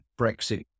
Brexit